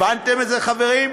הבנתם את זה, חברים?